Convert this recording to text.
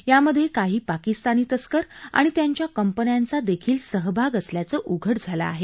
यामधे काही पाकिस्तानी तस्कर आणि त्यांच्या कंपन्यांचा देखील सहभाग असल्याचं उघड झालं आहे